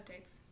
updates